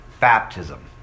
baptism